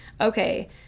Okay